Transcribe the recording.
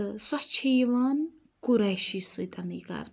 تہٕ سۄ چھِ یِوان کُرِیشی سۭتیٚنٕے کَرنہٕ